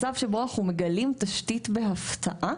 מצב שבו אנחנו מגלים תשתית בהפתעה,